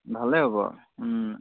ভালেই হ'ব